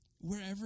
wherever